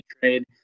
trade